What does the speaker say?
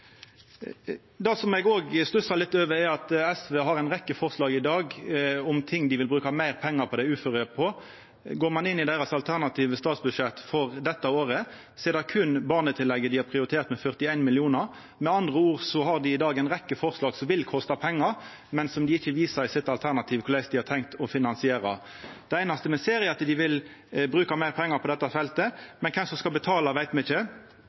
Det som eg òg stussar litt over, er at SV har ei rekkje forslag i dag om ting til dei uføre som dei vil bruka meir pengar på. Går ein inn i det alternative statsbudsjettet deira for dette året, er det berre barnetillegget dei har prioritert, med 41 mill. kr. Med andre ord har dei i dag ei rekkje forslag som vil kosta pengar, men som dei ikkje viser i alternativet sitt korleis dei har tenkt å finansiera. Det einaste me ser, er at dei vil bruka meir pengar på dette feltet, men kven som skal betala, veit me ikkje.